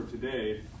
today